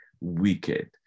wicked